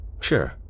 Sure